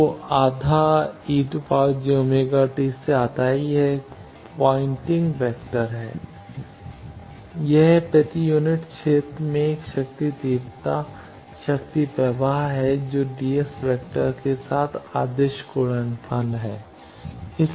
तो आधा e jωt से आता है यह एक है पॉइंटिंग वेक्टर है यह प्रति यूनिट क्षेत्र में एक शक्ति तीव्रता शक्ति प्रवाह है जो ds वेक्टर के साथ आदिश गुणनफल है